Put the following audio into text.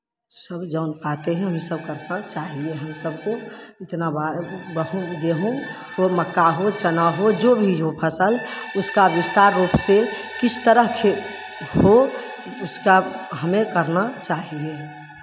सब जान पाते हैं हम सबका फल चाहिए हम सबको इतना बड़ा गेहूँ हो मक्का हो कहना हो जो भी हो फसल उसका विस्तार रूप में किस तरह हो उसका हमें करना चाहिए